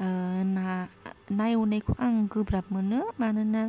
ना ना एवनायखौ आं गोब्राब मोनो मानोना